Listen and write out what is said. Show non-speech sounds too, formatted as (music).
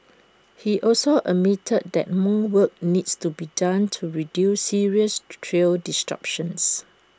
he also admitted that more work needs to be done to reduce serious trail (unintelligible)